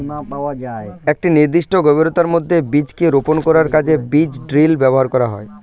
একটি নির্দিষ্ট গভীরতার মধ্যে বীজকে রোপন করার কাজে বীজ ড্রিল ব্যবহার করা হয়